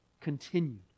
continued